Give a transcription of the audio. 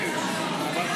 דמי אבטלה